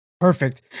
perfect